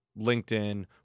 LinkedIn